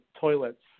toilets